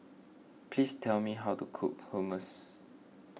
please tell me how to cook Hummus